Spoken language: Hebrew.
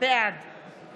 בעד